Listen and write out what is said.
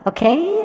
Okay